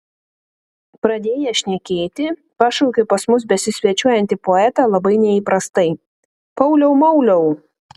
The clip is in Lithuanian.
pradėjęs šnekėti pašaukė pas mus besisvečiuojantį poetą labai neįprastai pauliau mauliau